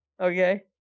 Okay